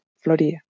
Florida